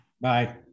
Bye